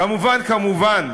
כמובן כמובן,